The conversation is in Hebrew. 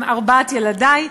עם ארבעת ילדי.